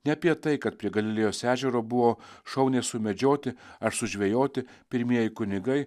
ne apie tai kad prie galilėjos ežero buvo šauniai sumedžioti ar sužvejoti pirmieji kunigai